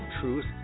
Truth